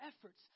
efforts